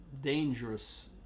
dangerous